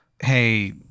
hey